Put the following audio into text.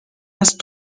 است